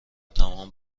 تمام